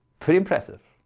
pretty impressive,